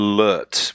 Alert